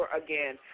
again